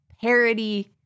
parody